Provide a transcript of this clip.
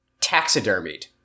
Taxidermied